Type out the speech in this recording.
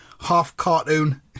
half-cartoon